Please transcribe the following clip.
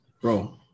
bro